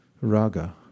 raga